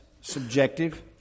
subjective